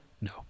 No